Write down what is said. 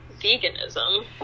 veganism